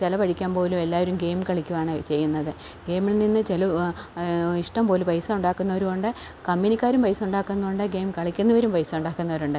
ചിലവഴിക്കാൻ പോലും എല്ലാവരും ഗെയിം കളിക്കുവാണ് ചെയ്യുന്നത് ഗെയിമിൽ നിന്ന് ചില ഇഷ്ടംപോലെ പൈസ ഉണ്ടാക്കുന്നവരൂണ്ട് കമ്പനിക്കാരും പൈസ ഉണ്ടാക്കുന്നുണ്ട് ഗെയിം കളിക്കുന്നവരും പൈസ ഉണ്ടാക്കുന്നവരുമുണ്ട്